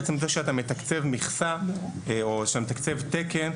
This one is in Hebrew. עצם זה שאתה מתקצב מכסה או שאתה מתקצב תקן,